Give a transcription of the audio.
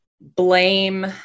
blame